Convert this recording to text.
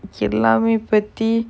எல்லாமே பெட்டி:ellaamae petti